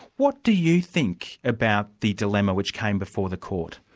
what do you think about the dilemma which came before the court?